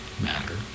matter